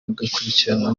agakurikiranwa